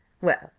well,